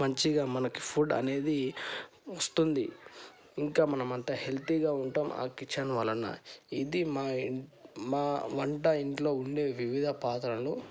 మంచిగా మనకు ఫుడ్ అనేది వస్తుంది ఇంకా మనమంత హెల్తీగా ఉంటాం ఆ కిచెన్ వలన ఇది మా వంట ఇంట్లో ఉండే వివిధ పాత్రలు